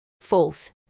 False